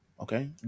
okay